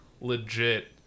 legit